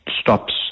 stops